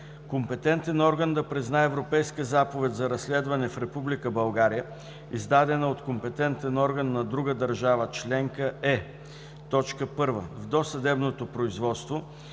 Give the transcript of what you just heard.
Компетентен орган да признае Европейска заповед за разследване в Република България, издадена от компетентен орган на друга държава членка, е: 1. в досъдебното производство